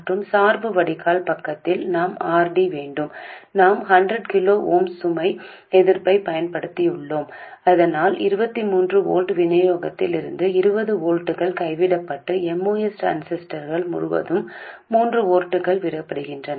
மற்றும் சார்பு வடிகால் பக்கத்தில் நாம் R D வேண்டும் நாம் 100 கிலோ ஓம் சுமை எதிர்ப்பைப் பயன்படுத்தியுள்ளோம் இதனால் 23 வோல்ட் விநியோகத்தில் இருந்து 20 வோல்ட்கள் கைவிடப்பட்டு MOS டிரான்சிஸ்டர் முழுவதும் 3 வோல்ட்கள் விடப்படுகின்றன